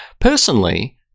Personally